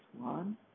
one